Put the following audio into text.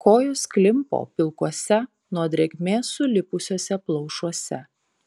kojos klimpo pilkuose nuo drėgmės sulipusiuose plaušuose